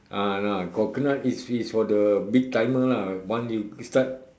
ah ah coconut is is for the big climber once you start